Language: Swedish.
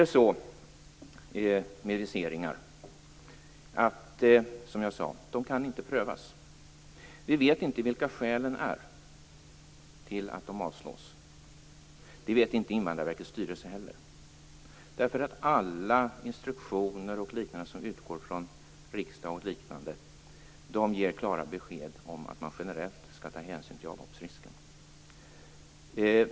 Det är vidare, som jag sagt, så med viseringar att de inte kan prövas. Vi vet inte vilka skälen till att de avslås är. Det vet inte heller Invandrarverkets styrelse. Alla instruktioner o.d. som utgår från bl.a. riksdagen ger klara besked om att man generellt skall ta hänsyn till avhoppsrisken.